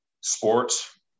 Sports